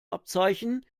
abzeichen